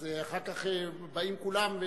אז אחר כך באים כולם,